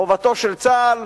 חובתו של צה"ל,